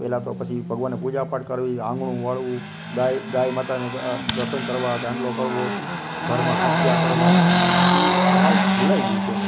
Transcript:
પહેલાં તો પછી ભગવાનને પૂજા પાઠ કરવી આંગણું વાળવું ગાય ગાય માતાને દર્શન કરવા ચાંદલો કરવો ઘરમાં સાથિયા કરવા એ સાવ ભુલાઈ ગયું છે